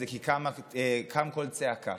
כי קם קול צעקה.